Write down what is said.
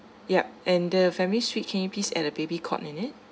yup and the family suite can you please add a baby cot in it